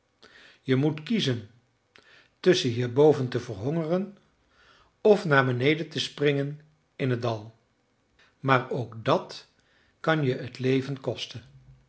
je moet kiezen tusschen hier boven te verhongeren of naar beneden te springen in t dal maar ook dàt kan je het leven kosten